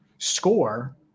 Score